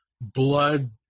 blood